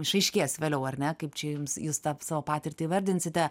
išaiškės vėliau ar ne kaip čia jums jis taps savo patirtį įvardinsite